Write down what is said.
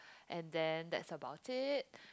and then that's about it